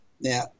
Now